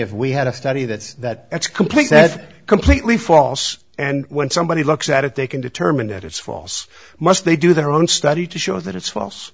if we had a study that says that that's complete that's completely false and when somebody looks at it they can determine that it's false must they do their own study to show that it's false